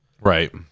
Right